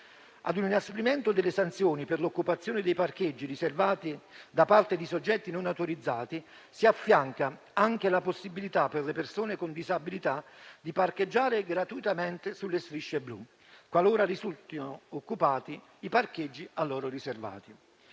Ad un inasprimento delle sanzioni per l'occupazione dei parcheggi riservati da parte di soggetti non autorizzati, si affianca anche la possibilità per le persone con disabilità di parcheggiare gratuitamente sulle strisce blu qualora risultino occupati i parcheggi a loro riservati.